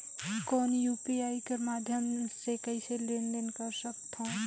कौन यू.पी.आई कर माध्यम से कइसे लेन देन कर सकथव?